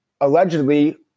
allegedly